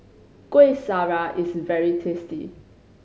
Kuih Syara is very tasty